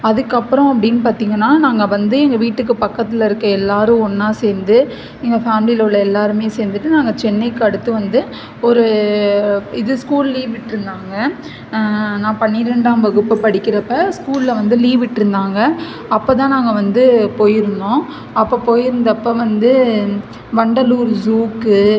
அதுக்கப்புறம் அப்படின்னு பார்த்திங்கன்னா நாங்கள் வந்து எங்கள் வீட்டுக்கு பக்கத்தில் இருக்க எல்லாரும் ஒன்றா சேர்ந்து எங்கள் ஃபேம்லியில உள்ள எல்லாருமே சேர்ந்துட்டு நாங்கள் சென்னைக்கு அடுத்து வந்து ஒரு இது ஸ்கூல் லீவ் விட்டிருந்தாங்க நான் பன்னிரெண்டாம் வகுப்பு படிக்கிறப்போ ஸ்கூல்ல வந்து லீவ் விட்டிருந்தாங்க அப்போதான் நாங்கள் வந்து போயிருந்தோம் அப்போ போயிருந்தப்போ வந்து வண்டலூர் ஸூக்கு